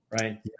Right